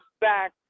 back